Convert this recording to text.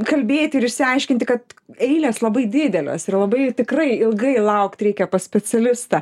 kalbėti ir išsiaiškinti kad eilės labai didelės ir labai tikrai ilgai laukt reikia pas specialistą